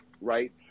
right